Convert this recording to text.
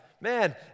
Man